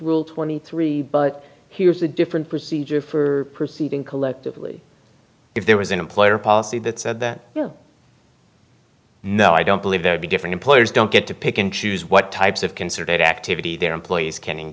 rule twenty three but here's a different procedure for proceeding collectively if there was an employer policy that said that no i don't believe they would be different employers don't get to pick and choose what types of concerted activity their employees